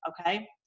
okay